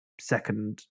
second